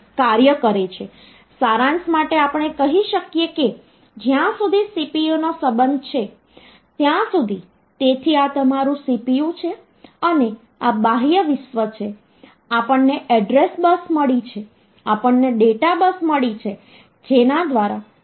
તેથી તે પહેલાં તમે ઓક્ટલ નંબર સિસ્ટમથી પણ પરિચિત છો ઓક્ટલ નંબર સિસ્ટમમાં જ્યાં નંબર સિસ્ટમનો આધાર 8 હોય છે અને તમે જાણો છો કે આપણી પાસે જે અંકો છે તે 0 થી 7 છે